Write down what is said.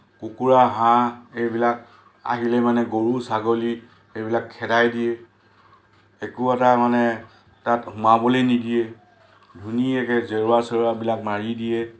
কুকুৰা হাঁহ এইবিলাক আহিলে মানে গৰু ছাগলী সেইবিলাক খেদাই দিয়ে একো এটা মানে তাত সোমাবলৈ নিদিয়ে ধুনীয়াকৈ জেওৰা চেওৰাবিলাক মাৰি দিয়ে